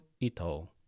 Ito